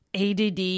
ADD